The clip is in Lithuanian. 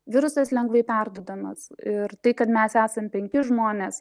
virusas lengvai perduodamas ir tai kad mes esam penki žmonės